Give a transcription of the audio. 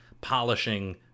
polishing